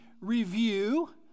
review